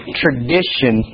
tradition